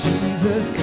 Jesus